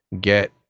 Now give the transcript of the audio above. get